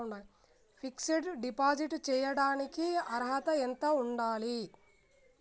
Fix డ్ deposit చేయటానికి అర్హత ఎంత ఉండాలి?